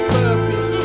purpose